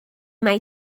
mai